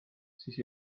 siis